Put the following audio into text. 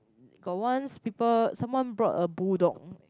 got once people someone bought a bull dog